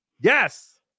Yes